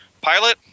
pilot